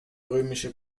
römische